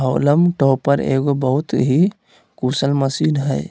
haulm topper एगो बहुत ही कुशल मशीन हइ